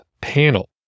panel